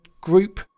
group